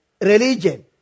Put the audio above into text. religion